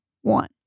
One